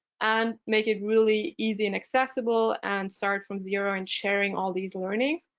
and make it really easy and accessible, and start from zero in sharing all these learnings,